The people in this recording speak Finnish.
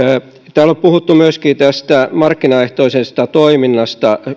täällä on puhuttu myöskin tästä markkinaehtoisesta toiminnasta